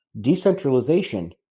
Decentralization